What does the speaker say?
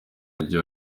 mujyi